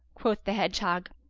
quoth the hedgehog,